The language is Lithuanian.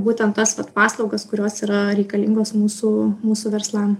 būtent tas vat paslaugas kurios yra reikalingos mūsų mūsų verslam